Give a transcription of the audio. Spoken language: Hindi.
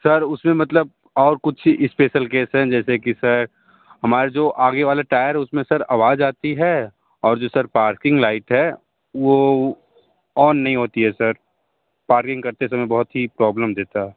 सर उसमें मतलब और कुछ स्पेशल केस है जैसे की सर हमारे जो आगे वाला टायर हैं उसमें सर आवाज आती है और जो सर पार्किंग लाइट है वो ऑन नहीं होती है सर पार्किंग करते समय बहुत ही प्रॉब्लम देता है